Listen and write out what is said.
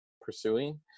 pursuing